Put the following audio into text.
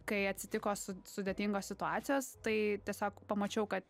kai atsitiko sud sudėtingos situacijos tai tiesiog pamačiau kad